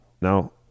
Now